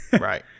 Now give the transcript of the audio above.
Right